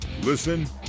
Listen